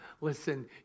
Listen